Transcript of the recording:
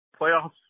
Playoffs